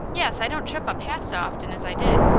yes i don't trip up half so often as i did.